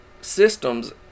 systems